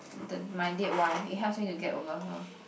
the my dead wife it helps me to get over her